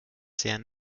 sehr